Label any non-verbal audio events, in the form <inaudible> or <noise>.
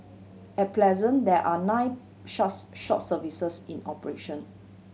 at pleasant there are nine <unintelligible> short services in operation